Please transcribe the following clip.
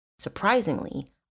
Surprisingly